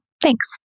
Thanks